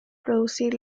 producir